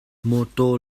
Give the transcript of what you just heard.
mawtaw